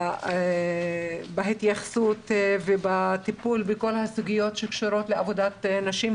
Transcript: וההחרפה בהתייחסות ובטיפול בכל הסוגיות שקשורות לעבודת נשים.